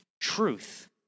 truth